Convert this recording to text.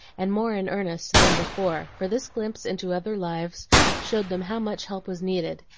and more in earnest than before for this glimpse into other lives showed them how much help was needed,